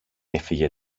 έφυγε